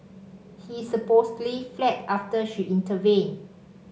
he supposedly fled after she intervened